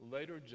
Later